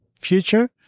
future